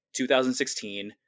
2016